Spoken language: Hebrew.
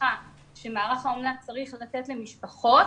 וההדרכה שמערך האומנה צריך לתת למשפחות.